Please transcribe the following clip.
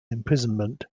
imprisonment